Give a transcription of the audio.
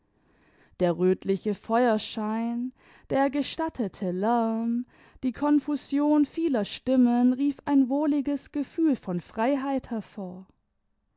der rötliche feuerschein der gestattete lärm die konfusion vieler stimmen rief ein wohliges gefühl von freiheit hervor